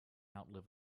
outlive